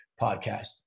podcast